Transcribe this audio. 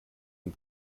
and